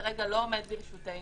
כרגע לא עומד לרשותנו.